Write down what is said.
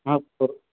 sir